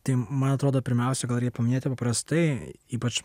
tai man atrodo pirmiausia gal reikia paminėti prastai ypač